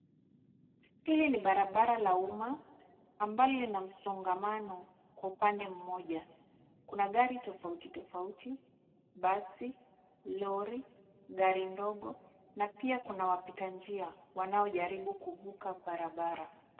Hili ni barabara la umma ambalo lina msongamano kwa pande moja. Kuna hari tofauti tofauti; basi, lori, gari ndogo na pia kuna wapita njia, wanaojaribu kuvuka barabara.